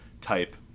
type